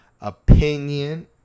opinion